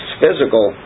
physical